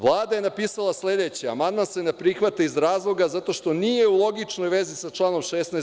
Vlada je napisala sledeće: „Amandman se ne prihvata iz razloga zato što nije u logičnoj vezi sa članom 16.